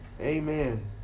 Amen